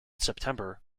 september